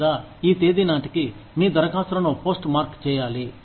లేదా ఈ తేదీ నాటికి మీ దరఖాస్తులను పోస్ట్ మార్క్ చేయాలి